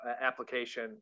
application